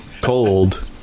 cold